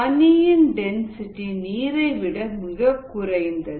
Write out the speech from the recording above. பனியின் டென்சிட்டி நீரை விட மிகக் குறைந்தது